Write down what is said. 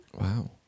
Wow